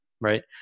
Right